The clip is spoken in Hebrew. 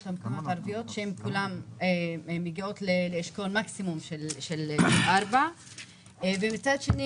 שמגיעות לאשכול המקסימום של 4. מצד שני,